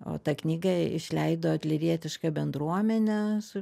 o tą knygą išleido adlerietiška bendruomenė su